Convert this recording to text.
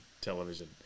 television